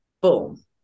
Boom